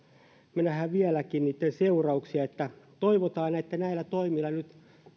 näemme vieläkin niiden seurauksia toivotaan että näillä toimilla nyt